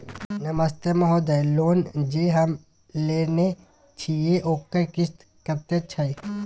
नमस्ते महोदय, लोन जे हम लेने छिये ओकर किस्त कत्ते छै?